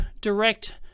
direct